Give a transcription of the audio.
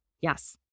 Yes